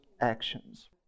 actions